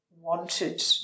wanted